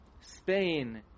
Spain